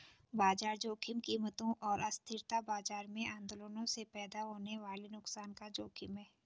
बाजार जोखिम कीमतों और अस्थिरता बाजार में आंदोलनों से पैदा होने वाले नुकसान का जोखिम है